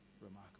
remarkable